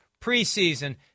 preseason